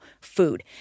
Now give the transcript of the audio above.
food